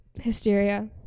Hysteria